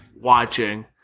watching